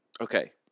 Okay